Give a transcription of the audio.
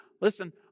Listen